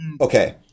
Okay